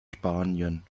spanien